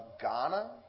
Ghana